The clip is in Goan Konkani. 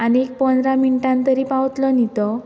आनी एक पंदरा मिनटान तरी पावतलो न्ही तो